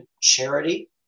charity